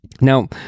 Now